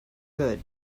good